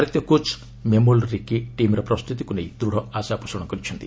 ଭାରତୀୟ କୋଚ୍ ମେମୋଲ୍ ରକି ଟିମ୍ର ପ୍ରସ୍ତୁତିକୁ ନେଇ ଦୂଢ଼ ଆଶାପୋଷଣ କରିଛନ୍ତି